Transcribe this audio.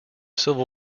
civil